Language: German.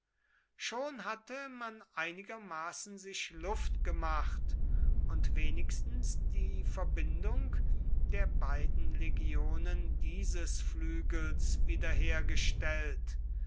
schon hatte man einigermaßen sich luft gemacht und wenigstens die verbindung der beiden legionen dieses flügels wiederhergestellt